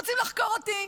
רוצים לחקור אותי.